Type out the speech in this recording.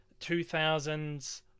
2000s